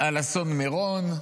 על אסון מירון?